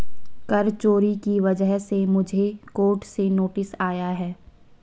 कर चोरी की वजह से मुझे कोर्ट से नोटिस आया है